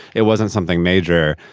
it wasn't something major.